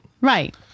Right